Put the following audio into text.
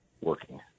working